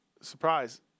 surprise